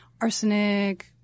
arsenic